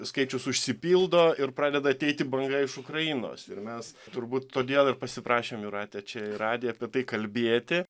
skaičius užsipildo ir pradeda ateiti banga iš ukrainos ir mes turbūt todėl ir pasiprašėm jūrate čia į radiją apie tai kalbėti